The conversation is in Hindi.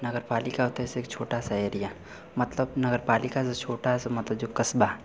नगर पालिका होता है एक छोटा सा एरिया मतलब नगर पालिका से छोटा सा मतलब जो कस्बा